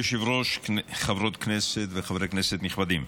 אדוני היושב-ראש, חברות כנסת וחברי כנסת נכבדים,